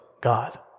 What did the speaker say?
God